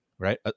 Right